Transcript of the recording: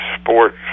sport